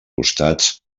costats